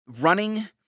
running